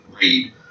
read